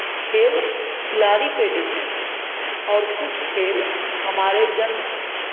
खेल खिलाड़ी पे डिपेंड है और कुछ खेल हमारे जन